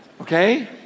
okay